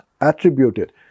attributed